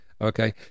Okay